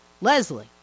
Leslie